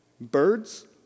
Birds